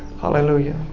Hallelujah